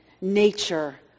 nature